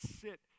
sit